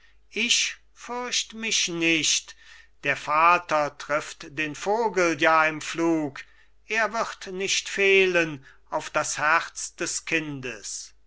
ich fürcht mich nicht der vater trifft den vogel ja im flug er wird nicht fehlen auf das herz des kindes